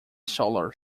solar